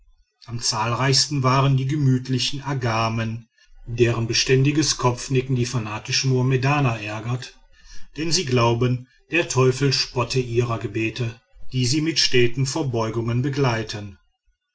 am zahlreichsten waren die gemütlichen agamen deren beständiges kopfnicken die fanatischen mohammedaner ärgert denn sie glauben der teufel spotte ihrer gebete die sie mit steten verbeugungen begleiten